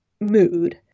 mood